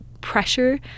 pressure